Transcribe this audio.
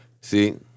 See